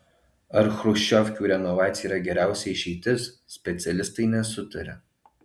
ar chruščiovkių renovacija yra geriausia išeitis specialistai nesutaria